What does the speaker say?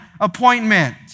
appointment